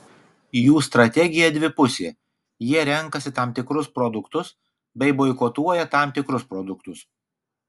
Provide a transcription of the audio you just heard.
jų strategija dvipusė jie renkasi tam tikrus produktus bei boikotuoja tam tikrus produktus